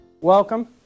Welcome